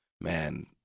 man